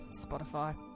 Spotify